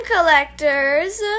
collectors